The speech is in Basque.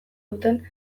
duten